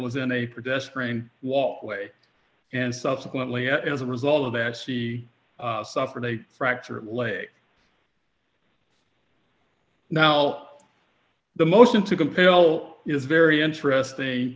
was in a protest rain walkway and subsequently as a result of that she suffered a fractured leg now the most and to compel is very interesting